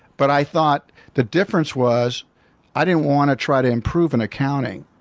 but i thought the difference was i didn't want to try to improve in accounting.